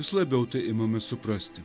vis labiau tai imame suprasti